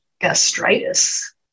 gastritis